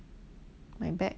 卖 bag